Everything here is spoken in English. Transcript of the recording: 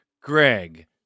Greg